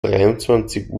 dreiundzwanzig